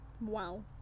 Wow